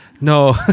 No